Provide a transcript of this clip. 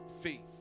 faith